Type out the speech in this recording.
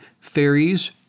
fairies